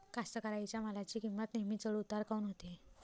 कास्तकाराइच्या मालाची किंमत नेहमी चढ उतार काऊन होते?